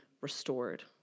restored